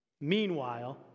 Meanwhile